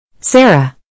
Sarah